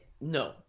No